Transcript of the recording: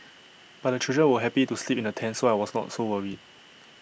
but the children were happy to sleep in the tent so I was not so worried